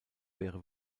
wäre